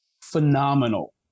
Phenomenal